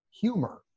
humor